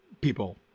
people